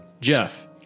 Jeff